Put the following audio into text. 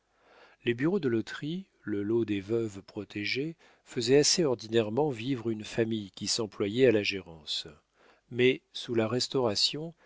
les bureaux de loterie le lot des veuves protégées faisaient assez ordinairement vivre une famille qui s'employait à la gérance mais sous la restauration